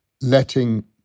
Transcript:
letting